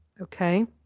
okay